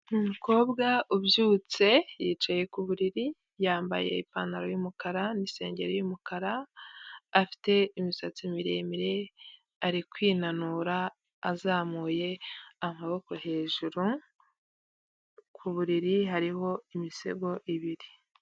Ni umukobwa ubyutse, yicaye ku buriri, yambaye ipantaro y'umukara n'isengeri y'umukara, afite imisatsi miremire, ari kwinanura azamuye amaboko hejuru, ku buriri hariho imisego ibiri.